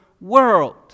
world